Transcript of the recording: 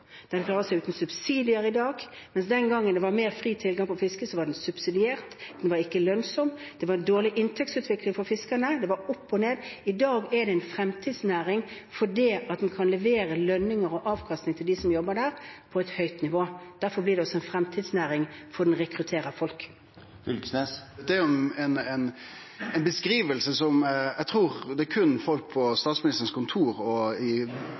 var fri tilgang til fiske, var det subsidiert, det var ikke lønnsomt, det var en dårlig lønnsomhetsutvikling for fiskerne, det gikk opp og ned. I dag er det en fremtidsnæring, for en kan levere lønninger og avkastning på et høyt nivå til dem som jobber der. Derfor blir det også en fremtidsnæring, for den rekrutterer folk. Dette er ei beskriving som eg trur det berre er folk på Statsministerens kontor og i